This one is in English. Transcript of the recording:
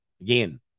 Again